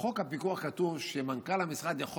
בחוק הפיקוח כתוב שמנכ"ל המשרד יכול